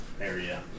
area